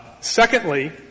Secondly